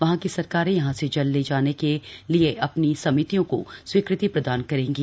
वहां की सरकारें यहां से जल ले जाने के लिए अपनी समितियों को स्वीकृति प्रदान करेंगीं